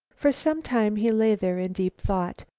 for some time he lay there in deep thought.